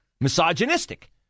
misogynistic